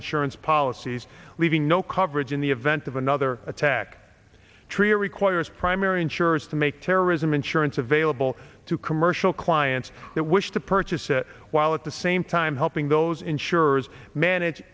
insurance policies leaving no coverage in the event of another attack tree requires primary insurers to make terrorism insurance available to commercial clients that wish to purchase a while at the same time helping those insurers manage